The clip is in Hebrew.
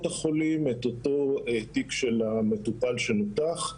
החולים - את אותו תיק של המטופל שנותח.